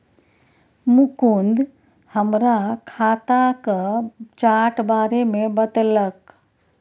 मुकुंद हमरा खाताक चार्ट बारे मे बतेलक